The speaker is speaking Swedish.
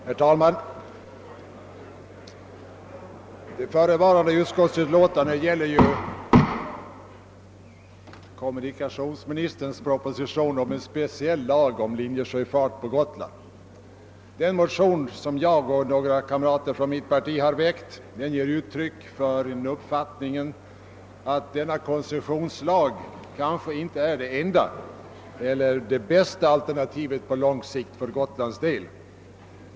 Herr talman! Förevarande utskottsutlåtande gäller kommunikationsministerns proposition angående en speciell lag om linjesjöfart på Gotland. Den motion som jag och några kamrater från mitt parti väckt ger uttryck för den uppfattningen att denna koncessionslag kanske inte är det enda eller bästa alternativet på lång sikt för Gotlands del.